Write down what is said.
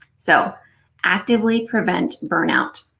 so actively prevent burnout.